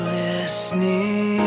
listening